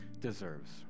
deserves